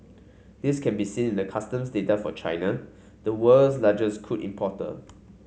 this can be seen the customs data for China the world's largest crude importer